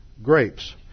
Grapes